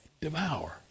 Devour